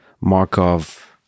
Markov